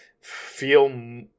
feel